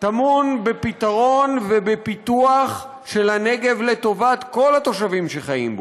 טמון בפתרון ובפיתוח של הנגב לטובת כל התושבים שחיים בו.